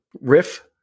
Riff